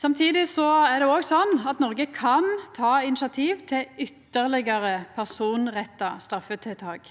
Samtidig er det òg sånn at Noreg kan ta initiativ til ytterlegare personretta straffetiltak.